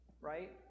right